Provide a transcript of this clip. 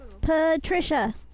Patricia